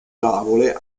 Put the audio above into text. tavole